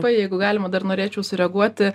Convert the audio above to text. pai jeigu galima dar norėčiau sureaguoti